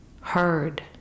heard